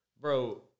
bro